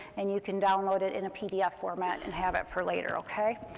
and you can download it in a pdf format, and have it for later, okay?